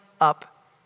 up